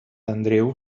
andreu